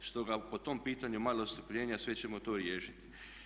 Stoga po tom pitanju malo strpljenja, sve ćemo to riješiti.